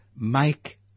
Make